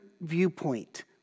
viewpoint